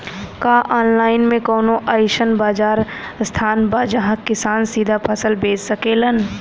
का आनलाइन मे कौनो अइसन बाजार स्थान बा जहाँ किसान सीधा फसल बेच सकेलन?